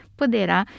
poderá